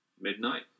midnight